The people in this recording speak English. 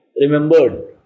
remembered